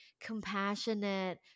compassionate